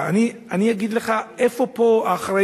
אפשר